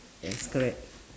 yes correct